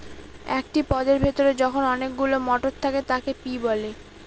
একটি পদের ভেতরে যখন অনেকগুলো মটর থাকে তাকে পি বলে